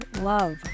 love